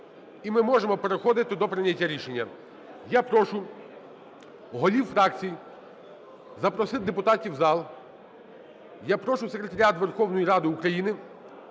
І ми можемо переходити до прийняття рішення. Я прошу голів фракцій запросити депутатів в зал. Я прошу секретаріат Верховної Ради України